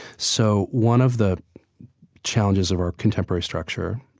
so one of the challenges of our contemporary structure,